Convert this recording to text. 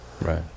Right